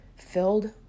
filled